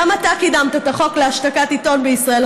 גם אתה קידמת את החוק להשתקת עיתון בישראל,